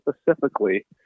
specifically